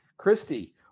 Christy